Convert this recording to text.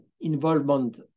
involvement